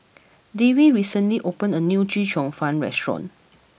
Davie recently opened a new Chee Cheong Fun restaurant